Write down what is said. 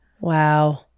Wow